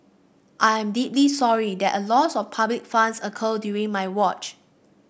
I am deeply sorry that a loss of public funds occurred during my watch